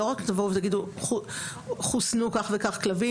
לא רק תבואו ותגידו 'חוסנו כך וכך כלבים,